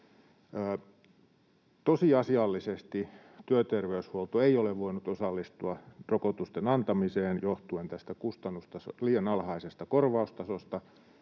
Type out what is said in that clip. Tosiasiallisesti työterveyshuolto ei ole voinut osallistua rokotusten antamiseen johtuen tästä liian alhaisesta korvaustasosta.